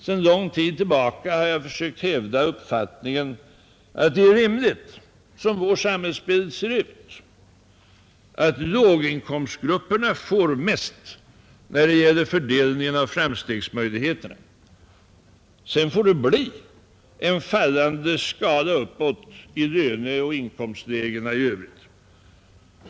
Sedan lång tid tillbaka har jag sökt hävda uppfattningen, att det är rimligt, så som vår samhällsbild ser ut, att låginkomstgrupperna får mest när det gäller fördelningen av framstegsmöjligheterna. Sedan får det bli en fallande skala uppåt i löneoch inkomstlägena i övrigt.